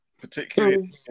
particularly